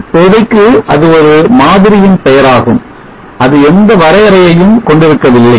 இப்போதைக்கு அது ஒரு மாதிரியின் பெயராகும் அது எந்த வரையறையையும் கொண்டிருக்கவில்லை